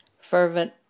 fervent